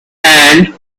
and